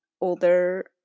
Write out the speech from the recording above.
older